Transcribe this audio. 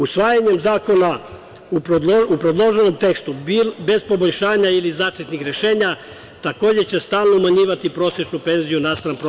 Usvajanjem zakona u predloženom tekstu bez poboljšanja ili začetnih rešenje takođe će stalno umanjivati prosečnu penziju naspram prosečne plate.